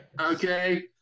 Okay